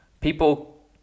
people